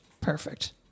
perfect